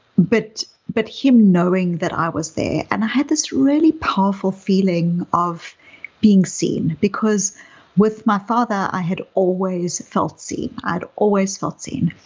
but but him knowing that i was there and i had this really powerful feeling of being seen, because with my father i had always felt seen. i'd always felt seen.